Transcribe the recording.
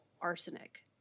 arsenic